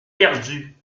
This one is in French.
perdus